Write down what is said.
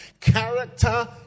Character